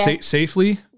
safely